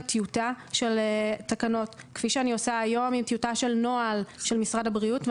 טיוטה של תקנות כפי שאני עושה היום עם טיוטה של נוהל של משרד הבריאות,